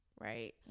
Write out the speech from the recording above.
Right